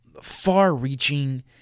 far-reaching –